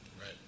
Right